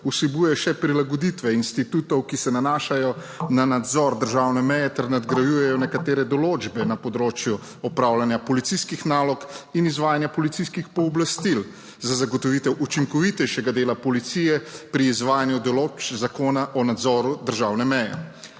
vsebuje še prilagoditve institutov, ki se nanašajo na nadzor državne meje ter nadgrajujejo nekatere določbe na področju opravljanja policijskih nalog in izvajanja policijskih pooblastil za zagotovitev učinkovitejšega dela policije pri izvajanju določb Zakona o nadzoru državne meje.